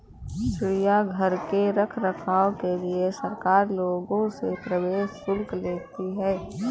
चिड़ियाघर के रख रखाव के लिए सरकार लोगों से प्रवेश शुल्क लेती है